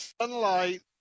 sunlight